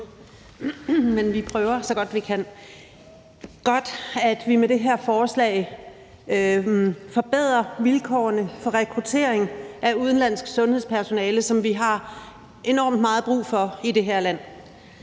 men vi prøver, så godt vi kan. Det er godt, at vi med det her forslag forbedrer vilkårene for rekruttering af udenlandsk sundhedspersonale, som vi har enormt meget brug for i det her land.